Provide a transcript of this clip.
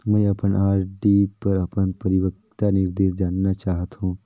मैं अपन आर.डी पर अपन परिपक्वता निर्देश जानना चाहत हों